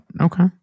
Okay